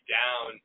down